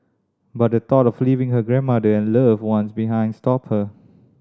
but the thought of leaving her grandmother and loved one behind stopped her